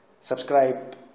subscribe